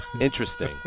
Interesting